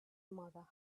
mother